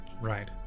right